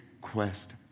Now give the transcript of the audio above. quest